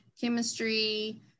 chemistry